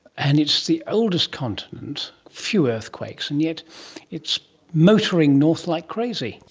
and it's the oldest continent, few earthquakes, and yet it's motoring north like crazy.